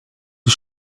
the